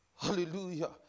Hallelujah